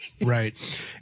Right